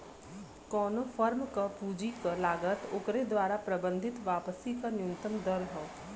कउनो फर्म क पूंजी क लागत ओकरे द्वारा प्रबंधित वापसी क न्यूनतम दर हौ